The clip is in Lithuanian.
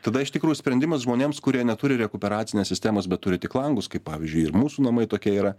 tada iš tikrųjų sprendimas žmonėms kurie neturi rekuperacinės sistemos bet turi tik langus kaip pavyzdžiui ir mūsų namai tokie yra